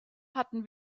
hatten